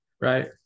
Right